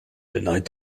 denied